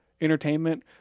Entertainment